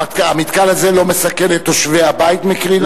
המתקן הזה לא מסכן את תושבי הבית מקרינה?